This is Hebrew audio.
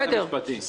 משרד המשפטים.